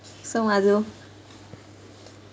so madhu